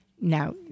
now